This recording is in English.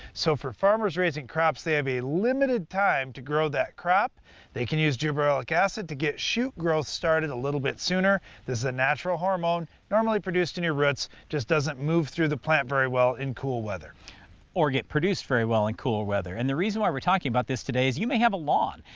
so, for farmers raising crops they have a limited time to grow that crop they can use gibberellic acid to get shoot growth started a little bit sooner. this is a natural hormone normally produced in your roots just doesn't move through the plant very well in cool weather. b or get produced very well in cooler weather, and the reason why we're talking about this today is you may have a lawn.